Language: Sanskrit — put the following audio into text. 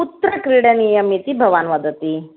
कुत्र क्रीडनीयम् इति भवान् वदति